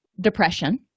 depression